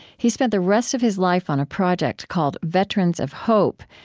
he spent the rest of his life on a project called veterans of hope,